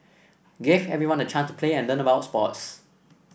gave everyone the chance to play and learn about sports